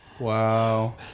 Wow